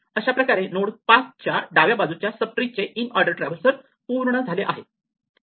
अशाप्रकारे नोड 5 च्या डाव्या बाजूच्या सब ट्री चे इनऑर्डर ट्रॅव्हल्सल पूर्ण झाले आहे